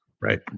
Right